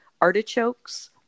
artichokes